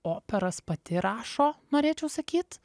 operas pati rašo norėčiau sakyt